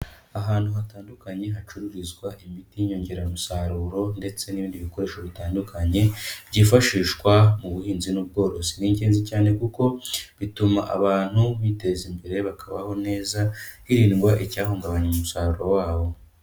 Ahantu hatandukanye hacururizwa imiti y'inyongeramusaruro ndetse n'ibindi bikoresho bitandukanye byifashishwa mu buhinzi n'ubworozi. Ni ingenzi cyane kuko bituma abantu biteza imbere, bakabaho neza, hirindwa icyahungabanya umusaruro wabo.